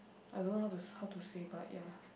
I don't know how to how to say but ya